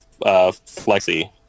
flexy